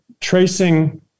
tracing